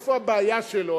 איפה הבעיה שלו?